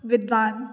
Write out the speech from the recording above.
विद्वान